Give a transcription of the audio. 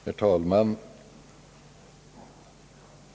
Herr talman!